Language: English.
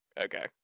Okay